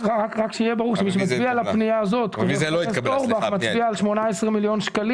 אגב, לא מספיק.